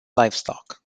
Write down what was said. livestock